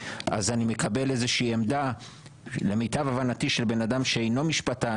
אז אני מקבל עמדה של בן אדם שלמיטב הבנתי הוא לא משפטן